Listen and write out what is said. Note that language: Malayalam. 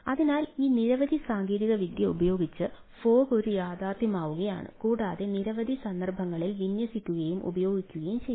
അതിനാൽ ഈ നിരവധി സാങ്കേതികവിദ്യ ഉപയോഗിച്ച് ഫോഗ് ഒരു യാഥാർത്ഥ്യമാവുകയാണ് കൂടാതെ നിരവധി സന്ദർഭങ്ങളിൽ വിന്യസിക്കുകയും ഉപയോഗിക്കുകയും ചെയ്യുന്നു